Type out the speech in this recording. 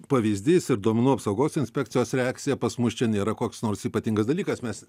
pavyzdys ir duomenų apsaugos inspekcijos reakcija pas mus čia nėra koks nors ypatingas dalykas mes